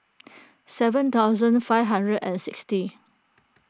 seven thousand five hundred and sixty